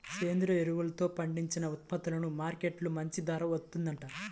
సేంద్రియ ఎరువులతో పండించిన ఉత్పత్తులకు మార్కెట్టులో మంచి ధర వత్తందంట